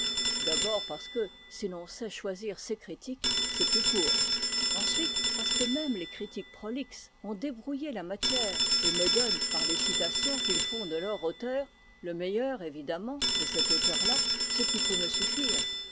d'abord parce que si l'on sait choisir ses critiques c'est plus court ensuite parce que même les critiques prolixes ont débrouillé la matière et me donnent par les citations qu'ils font de leur auteur le meilleur évidemment de cet auteur là ce qui peut me suffire